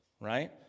right